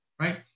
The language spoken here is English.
right